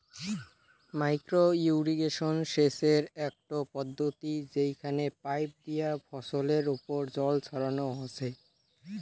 micro irrigation সেচের আকটো পদ্ধতি যেইখানে পাইপ দিয়া ফছলের ওপর জল ছড়ানো হসে